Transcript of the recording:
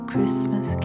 Christmas